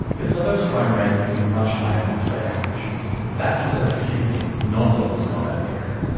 the suburb's crime rate is much higher than the state average. and that's one of the few things non-locals know about the area.